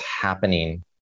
happening